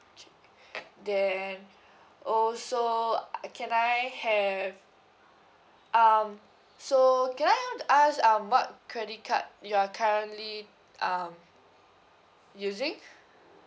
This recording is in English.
okay then also I can I have um so can I I want to ask um what credit card you are currently um using